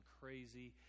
crazy